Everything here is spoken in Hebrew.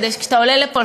כשאתה עולה לפה,